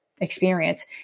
experience